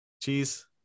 Cheese